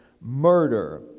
murder